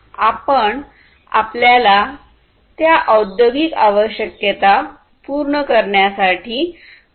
आपण आपल्याला त्या औद्योगिक आवश्यकता पूर्ण करण्यासाठी तयार केले पाहिजे